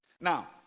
now